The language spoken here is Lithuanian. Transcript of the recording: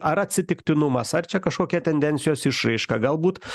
ar atsitiktinumas ar čia kažkokia tendencijos išraiška galbūt